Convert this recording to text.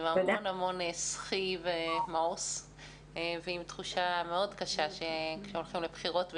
עם המון המון סחי ומאוס ועם תחושה מאוד קשה שהולכים לבחירות,